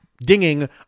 dinging